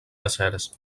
deserts